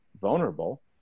vulnerable